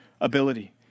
ability